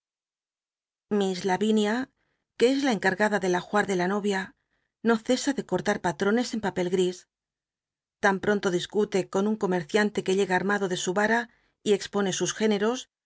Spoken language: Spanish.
larinia que es la cncagada del ajuar de la novia no cesa di cortar patrones en papel g is tan pronto discute con un comerciante que llega armado de su a a y expone sus géneros